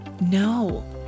No